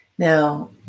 Now